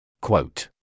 Quote